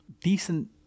decent